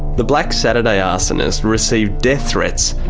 the black saturday arsonist received death threats,